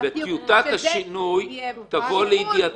וטיוטת השינוי תבוא לידיעתנו,